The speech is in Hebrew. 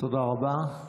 תודה רבה.